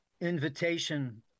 invitation